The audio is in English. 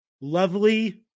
lovely